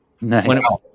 Nice